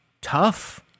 tough